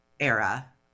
era